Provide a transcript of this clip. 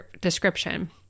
description